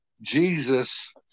Jesus